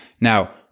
Now